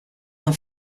than